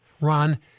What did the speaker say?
Ron